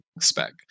spec